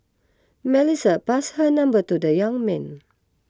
Melissa pass her number to the young man